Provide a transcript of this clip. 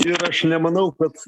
ir aš nemanau kad